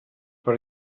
per